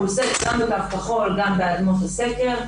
הוא עוסק גם בקו כחול וגם באדמות סקר,